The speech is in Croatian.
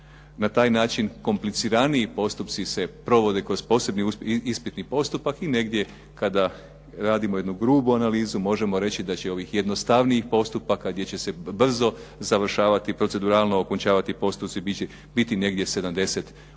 Na taj način kompliciraniji postupci se provode kroz posebni ispitni postupak i negdje kada radimo jednu grubu analizu možemo reći da će ovih jednostavnijih postupaka gdje će se brzo završavati, proceduralno okončavati postupci biti negdje 70 u odnosu